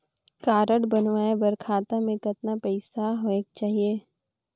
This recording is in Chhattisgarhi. कारड बनवाय बर खाता मे कतना पईसा होएक चाही?